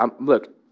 look